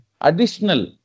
additional